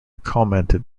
commented